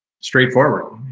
straightforward